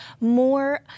more